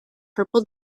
purple